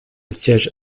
siège